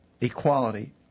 equality